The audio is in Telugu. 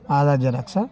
ఆధార్ జిరాక్సా